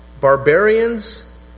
barbarians